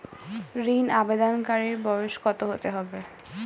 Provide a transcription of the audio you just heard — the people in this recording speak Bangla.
ঋন আবেদনকারী বয়স কত হতে হবে?